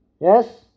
Yes